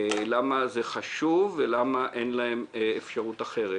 למה זה חשוב ולמה אין להם אפשרות אחרת